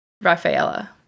Rafaela